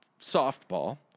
softball